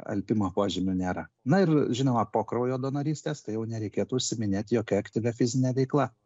alpimo požymių nėra na ir žinoma po kraujo donorystės tai jau nereikėtų užsiiminėt jokia aktyvia fizine veikla